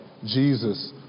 Jesus